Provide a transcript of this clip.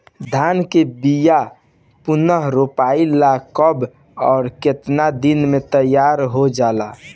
धान के बिया पुनः रोपाई ला कब और केतना दिन में तैयार होजाला?